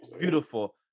Beautiful